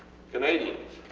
canadians,